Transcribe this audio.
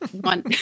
one